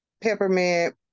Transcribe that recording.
peppermint